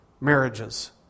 marriages